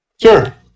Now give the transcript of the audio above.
Sure